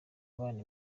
abana